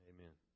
Amen